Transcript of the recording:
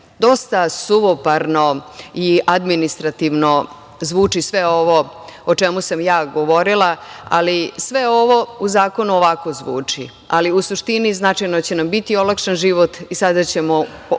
suvoparno i administrativno zvuči sve ovo o čemu sam ja govorila, ali sve ovo u zakonu ovako zvuči. Ali, u suštini, značajno će nam biti olakšan život i sada ćemo